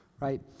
right